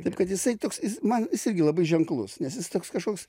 taip kad jisai toks jis man irgi labai ženklus nes jis toks kažkoks